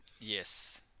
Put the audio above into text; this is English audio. Yes